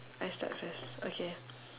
I start first okay